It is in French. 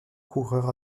coureur